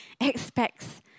expects